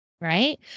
Right